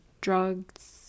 drugs